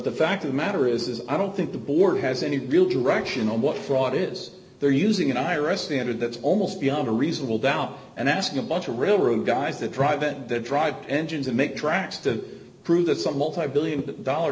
the fact of the matter is i don't think the board has any real direction on what fraud is they're using an ira standard that's almost beyond a reasonable doubt and asking a bunch of really rude guys that drive that they drive engines and make tracks to prove that someone five billion dollar